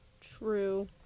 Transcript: True